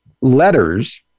letters